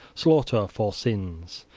slaughter for sins.